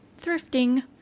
thrifting